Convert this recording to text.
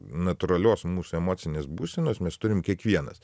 natūralios mūsų emocinės būsenos mes turim kiekvienas